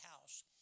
house